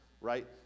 right